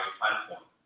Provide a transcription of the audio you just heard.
platform